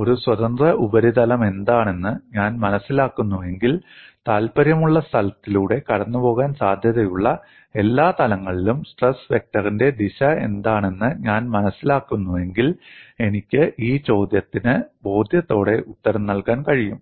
ഒരു സ്വതന്ത്ര ഉപരിതലമെന്താണെന്ന് ഞാൻ മനസിലാക്കുന്നുവെങ്കിൽ താൽപ്പര്യമുള്ള സ്ഥലത്തിലൂടെ കടന്നുപോകാൻ സാധ്യതയുള്ള എല്ലാ തലങ്ങളിലും സ്ട്രെസ് വെക്ടറിന്റെ ദിശ എന്താണെന്ന് ഞാൻ മനസിലാക്കുന്നുവെങ്കിൽ എനിക്ക് ഈ ചോദ്യത്തിന് ബോധ്യത്തോടെ ഉത്തരം നൽകാൻ കഴിയും